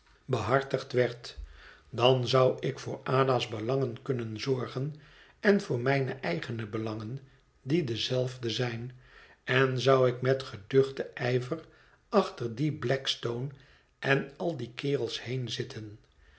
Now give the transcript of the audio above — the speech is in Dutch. behartigd werd dan zou ik voor ada's belangen kunnen zorgen en voor mijne eigene belangen die dezelfde zijn en zou ik metgeduchten ijver achter dien blackstone en al die kerels